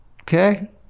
Okay